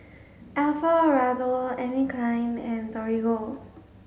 Alfio Raldo Anne Klein and Torigo